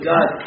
God